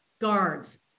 guards